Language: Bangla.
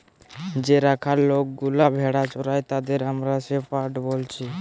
যে রাখাল লোকগুলা ভেড়া চোরাই তাদের আমরা শেপার্ড বলছি